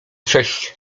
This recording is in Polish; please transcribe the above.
cześć